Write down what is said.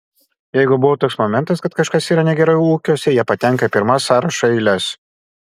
jeigu buvo toks momentas kad kažkas yra negerai ūkiuose jie patenka į pirmas sąrašo eiles